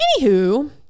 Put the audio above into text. Anywho